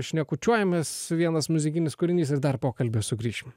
šnekučiuojamės vienas muzikinis kūrinys ir dar pokalbio sugrįšim